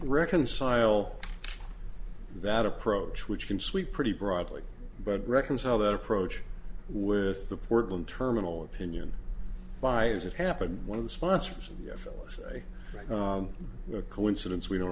reconcile that approach which can sweep pretty broadly but reconcile that approach with the portland terminal opinion by as it happened one of the sponsors of the fellas a coincidence we don't